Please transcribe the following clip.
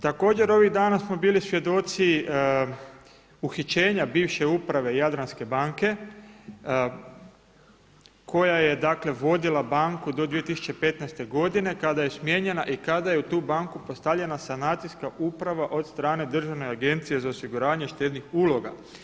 Također ovih dana smo bili svjedoci uhićenja bivše Uprave Jadranske banke koja je vodila banku do 2015. godine kada je smijenjena i kada je u tu banku postavljena sanacijska uprava od strane Državne agencije za osiguranje štednih uloga.